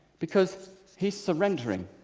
because he's surrendering.